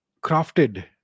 crafted